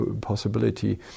possibility